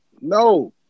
No